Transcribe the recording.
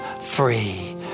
free